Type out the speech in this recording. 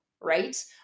right